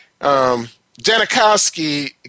Janikowski